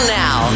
now